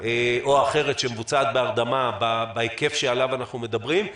או האחרת שמבוצעת בהרדמה בהיקף שעליו אנחנו מדברים,